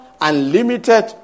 unlimited